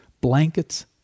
blankets